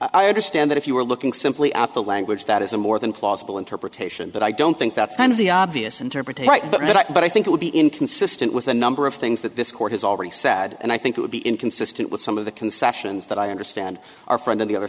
i understand that if you are looking simply at the language that is a more than plausible interpretation but i don't think that's kind of the obvious interpretation but i think it would be inconsistent with a number of things that this court has already said and i think it would be inconsistent with some of the concessions that i understand our friends on the other